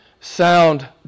sound